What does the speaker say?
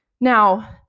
Now